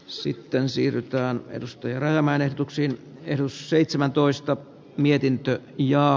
sitten siirrytään edes pyöräilemään etuuksiin edusseitsemäntoista mietintöön ja